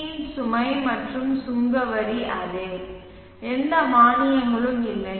யின் சுமை மற்றும் சுங்கவரி அதே எந்த மானியங்களும் இல்லை